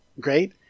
great